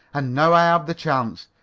and now i have the chance.